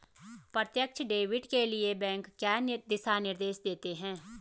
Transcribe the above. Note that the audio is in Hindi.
प्रत्यक्ष डेबिट के लिए बैंक क्या दिशा निर्देश देते हैं?